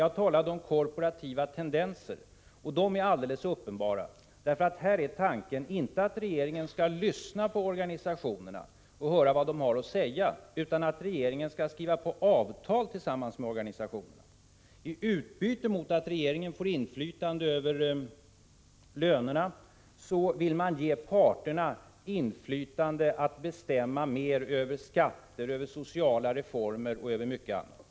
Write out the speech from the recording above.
Jag talade emellertid om korporativa tendenser, och de är alldeles uppenbara. Tanken är nämligen inte att regeringen skall lyssna på organisationerna och höra vad de har att säga, utan att regeringen skall skriva på avtal tillsammans med organisationerna. I utbyte mot att regeringen får inflytande över lönerna vill man ge parterna inflytande att bestämma mer över skatter, över sociala reformer och över mycket annat.